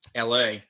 la